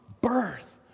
birth